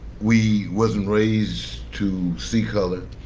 we wasn't raised to see color.